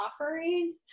offerings